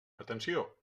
atenció